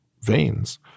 veins